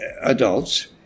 adults